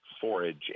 forage